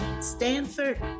Stanford